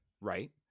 right